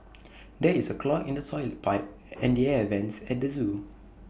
there is A clog in the Toilet Pipe and the air Vents at the Zoo